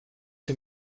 sie